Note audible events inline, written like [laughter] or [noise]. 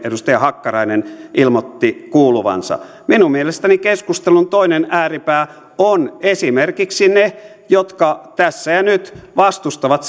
edustaja hakkarainen ilmoitti kuuluvansa minun mielestäni keskustelun toinen ääripää ovat esimerkiksi ne jotka tässä ja nyt vastustavat [unintelligible]